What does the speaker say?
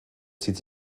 zieht